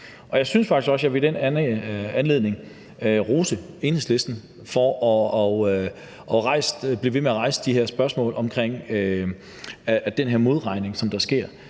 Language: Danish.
Jeg synes faktisk også, at jeg i den anledning vil rose Enhedslisten for at blive ved med at rejse de her spørgsmål om den her